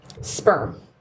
Sperm